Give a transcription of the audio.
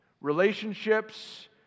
Relationships